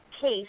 case